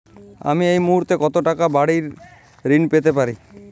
আমি এই মুহূর্তে কত টাকা বাড়ীর ঋণ পেতে পারি?